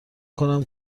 کنم